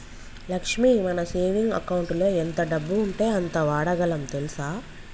లక్ష్మి మన సేవింగ్ అకౌంటులో ఎంత డబ్బు ఉంటే అంత వాడగలం తెల్సా